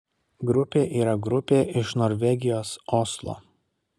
grupė yra grupė iš norvegijos oslo